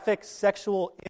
Sexual